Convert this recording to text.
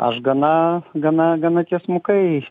aš gana gana gana tiesmukai